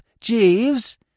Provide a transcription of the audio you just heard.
Jeeves